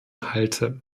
halte